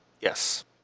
Yes